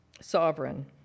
sovereign